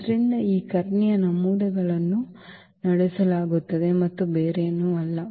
ಆದ್ದರಿಂದ ಈ ಕರ್ಣೀಯ ನಮೂದುಗಳನ್ನು ನಡೆಸಲಾಗುತ್ತದೆ ಮತ್ತು ಬೇರೇನೂ ಇಲ್ಲ